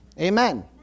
Amen